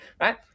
right